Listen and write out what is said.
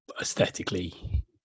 aesthetically